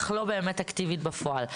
אך לא באמת אקטיבית בפועל.